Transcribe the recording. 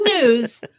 news